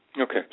Okay